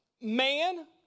Man